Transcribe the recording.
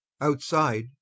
outside